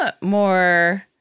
more